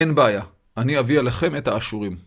אין בעיה. אני אביא עליכם את האשורים.